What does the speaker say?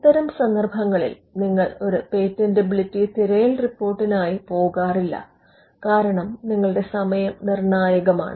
ഇത്തരം സന്ദർഭങ്ങളിൽ നിങ്ങൾ ഒരു പേറ്റന്റബിലിറ്റി തിരയൽ റിപ്പോർട്ടിനായി പോകാറില്ല കാരണം നിങ്ങളുടെ സമയം നിർണായകമാണ്